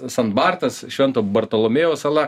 san bartas švento bartolomėjaus sala